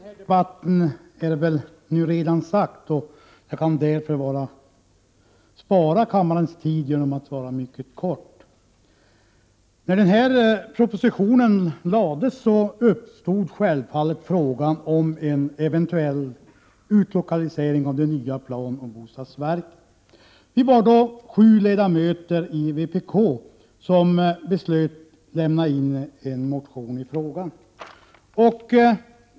Fru talman! Det mesta som kan sägas i denna debatt är redan sagt. Jag kan därför spara kammarens tid genom att fatta mig mycket kort. När den här propositionen framlades uppstod självfallet frågan om en eventuell utlokalisering av det nya planoch bostadsverket. Vi var sju ledamöter i vpk som beslöt väcka en motion i frågan.